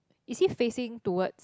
is he facing towards